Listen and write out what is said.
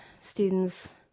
students